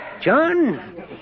John